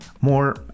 more